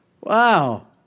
Wow